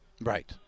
Right